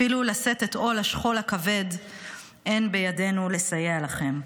אפילו לשאת את עול השכול הכבד אין בידינו לסייע לכם.